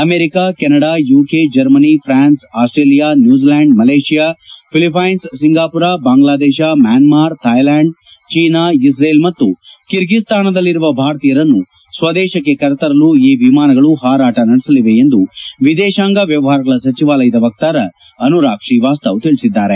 America Canada UK Germany France Australia New Zealand Malaysia Philippines Singapore Bangladesh Myanmar Thailand China Israel ಮತ್ತು ಕಿರ್ಗಿಸ್ತಾನ್ನಲ್ಲಿರುವ ಭಾರತೀಯರನ್ನು ಸ್ವದೇಶಕ್ಕೆ ಕರೆತರಲು ಈ ವಿಮಾನಗಳು ಹಾರಾಣ ನಡೆಸಲಿವೆ ಎಂದು ವಿದೇಶಾಂಗ ವ್ಯವಹಾರಗಳ ಸಚಿವಾಲಯದ ವಕ್ತಾರ ಅನುರಾಗ್ ಶ್ರೀವಾಸ್ತವ ತಿಳಿಸಿದ್ದಾರೆ